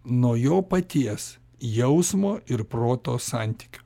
nuo jo paties jausmo ir proto santykio